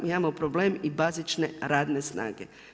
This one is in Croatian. Mi imamo problem i bazične radne snage.